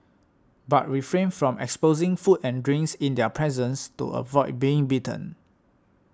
but refrain from exposing food and drinks in their presence to avoid being bitten